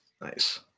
Nice